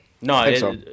No